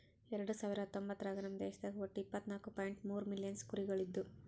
ಎರಡು ಸಾವಿರ ಹತ್ತೊಂಬತ್ತರಾಗ ನಮ್ ದೇಶದಾಗ್ ಒಟ್ಟ ಇಪ್ಪತ್ನಾಲು ಪಾಯಿಂಟ್ ಮೂರ್ ಮಿಲಿಯನ್ ಕುರಿಗೊಳ್ ಇದ್ದು